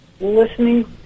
listening